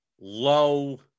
low